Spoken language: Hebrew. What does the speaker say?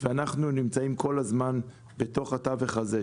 ואנחנו נמצאים כל הזמן בתוך התווך הזה,